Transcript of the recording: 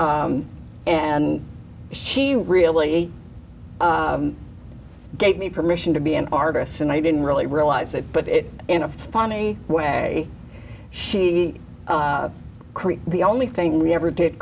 and she really gave me permission to be an artist and i didn't really realize it but it in a funny way she create the only thing we ever did